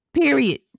Period